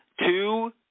Two